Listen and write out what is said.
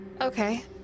Okay